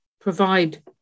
provide